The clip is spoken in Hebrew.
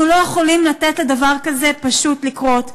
אנחנו לא יכולים לתת לדבר כזה פשוט לקרות.